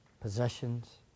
possessions